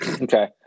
Okay